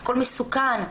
הכול מסוכן.